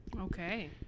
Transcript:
Okay